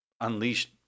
unleashed